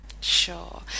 Sure